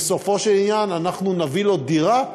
בסופו של דבר אנחנו נביא לו דירה,